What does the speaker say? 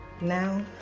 now